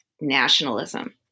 nationalism